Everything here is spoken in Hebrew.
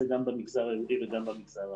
זה גם במגזר היהודי וגם במגזר הערבי.